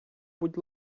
будь